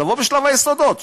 תבוא בשלב היסודות.